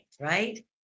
right